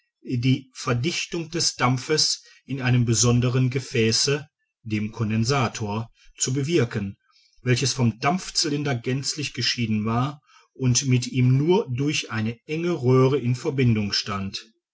die verdichtung des dampfes in einem besonderen gefäße dem condensator zu bewirken welches vom dampfcylinder gänzlich geschieden war und mit ihm nur durch eine enge röhre in verbindung stand